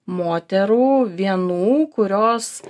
moterų vienų kurios